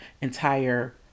entire